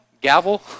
Gavel